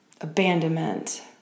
Abandonment